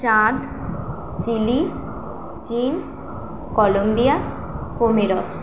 চাদ Chile চীন Colombia পোমেরস